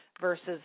versus